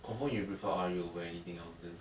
confirm you prefer ahri over anything else then